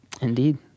Indeed